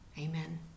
Amen